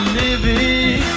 living